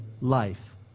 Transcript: life